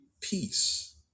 peace